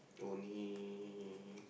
only